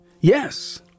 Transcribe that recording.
Yes